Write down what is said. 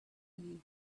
you